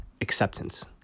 Acceptance